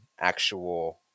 actual